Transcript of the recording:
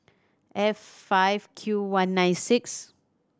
F five Q one nine six